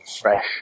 fresh